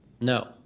No